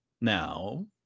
now